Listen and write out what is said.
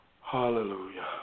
Hallelujah